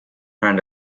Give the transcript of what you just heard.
and